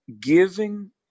giving